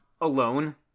alone